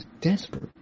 desperate